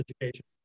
education